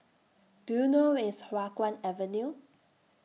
Do YOU know Where IS Hua Guan Avenue